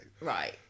Right